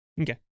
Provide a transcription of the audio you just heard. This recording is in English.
Okay